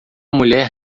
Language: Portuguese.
mulher